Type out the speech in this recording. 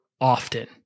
often